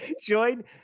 Join